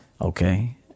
Okay